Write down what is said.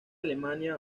alemania